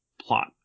plot